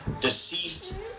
deceased